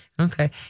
Okay